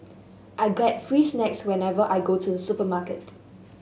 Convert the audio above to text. I get free snacks whenever I go to supermarket